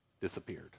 disappeared